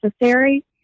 necessary